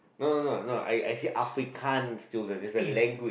no no no no I I said african student it's a language